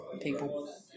people